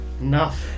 Enough